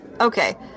Okay